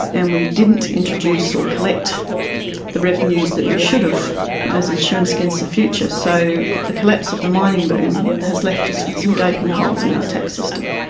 and we didn't introduce or collect the revenues that we should have as insurance against the future. so the collapse of the mining boom has left us with some gaping holes in our tax system.